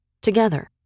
together